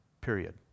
period